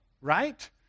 right